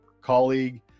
colleague